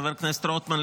חבר הכנסת רוטמן,